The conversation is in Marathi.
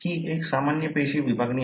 हि एक सामान्य पेशी विभागणी आहे